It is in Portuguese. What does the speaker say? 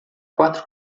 quatro